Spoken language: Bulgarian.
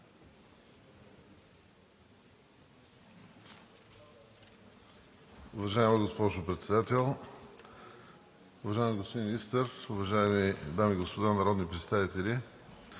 Уважаема госпожо Председател, уважаеми господин Министър, уважаеми дами и господа народни представители!